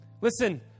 Listen